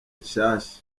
nshasha